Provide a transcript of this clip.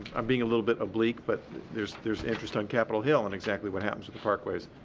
i'm being a little bit oblique, but there's there's interest on capitol hill on exactly what happens to the parkways,